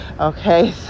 Okay